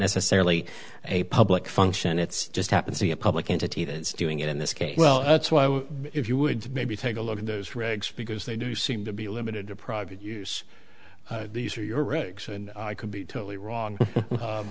necessarily a public function it's just happens to be a public entity that is doing it in this case well that's why if you would maybe take a look at those regs because they do seem to be limited to private use these are your regs and i could be totally wrong